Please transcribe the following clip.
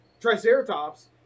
Triceratops